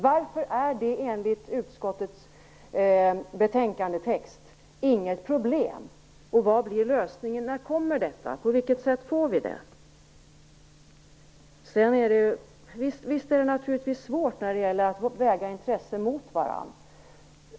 Varför är detta enligt utskottets skrivningar i betänkandet inget problem? Vad blir lösningen? När kommer det en praxisgenomgång och på vilket sätt får vi en sådan? Visst är det svårt att väga intressen mot varandra.